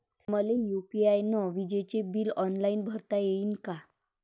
मले यू.पी.आय न विजेचे बिल ऑनलाईन भरता येईन का?